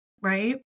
right